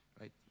right